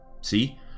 See